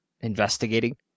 investigating